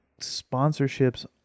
sponsorships